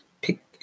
pick